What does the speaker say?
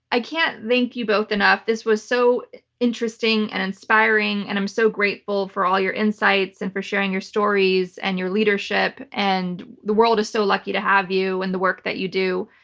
i can't thank you both enough. this was so interesting and inspiring and i'm so grateful for all your insights and for sharing your stories and your leadership. the world is so lucky to have you and the work that you do.